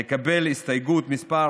לקבל את הסתייגות מס'